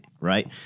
right